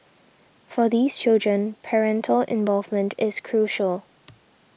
for these children parental involvement is crucial